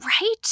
right